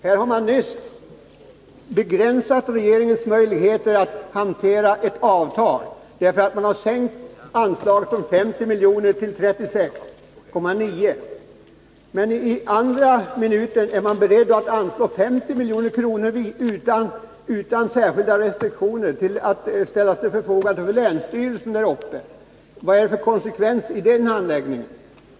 Här har man nyss från socialdemokraternas sida begränsat regeringens möjligheter att hantera ett avtal. Man har sänkt anslaget från 50 milj.kr. till 36,9 milj.kr. Men i nästa minut är man beredd att anslå 50 milj.kr. utan särskilda restriktioner att ställas till förfogande för länsstyrelserna där uppe. Vad är det för konsekvens i den handläggningen?